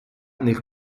nel